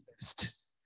first